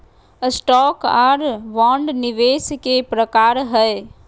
stock आर bond निवेश के प्रकार हय